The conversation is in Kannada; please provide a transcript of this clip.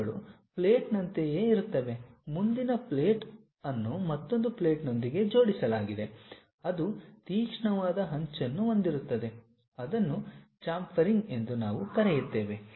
ಇವುಗಳು ಪ್ಲೇಟ್ನಂತೆಯೇ ಇರುತ್ತವೆ ಮುಂದಿನ ಪ್ಲೇಟ್ ಅನ್ನು ಮತ್ತೊಂದು ಪ್ಲೇಟ್ನೊಂದಿಗೆ ಜೋಡಿಸಲಾಗಿದೆ ಅದು ತೀಕ್ಷ್ಣವಾದ ಅಂಚನ್ನು ಹೊಂದಿರುತ್ತದೆ ಅದನ್ನು ಚಾಂಫರಿಂಗ್ ಎಂದು ನಾವು ಕರೆಯುತ್ತೇವೆ